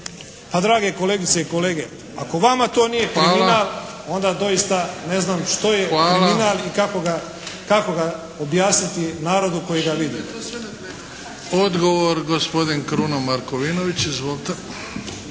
Pa drage kolegice i kolege ako vama to nije kriminal onda doista ne znam što je kriminal i kako ga objasniti narodu koji ga vidi. **Bebić, Luka (HDZ)** Odgovor gospodin Kruno Markovinović. Izvolite.